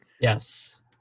Yes